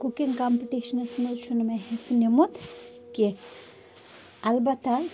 cooking competitions منٛز چھِنہٕ مےٚ حصہٕ نیُمُت کیٚنہہ البتہ